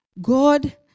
God